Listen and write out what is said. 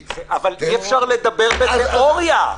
ממש טעות החרגתם אותם מכול המוזיאונים.